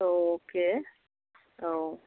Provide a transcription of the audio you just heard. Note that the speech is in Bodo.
औ अके औ